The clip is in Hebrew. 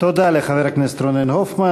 תודה לחבר הכנסת רונן הופמן.